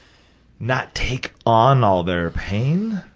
not take on all their pain,